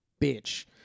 bitch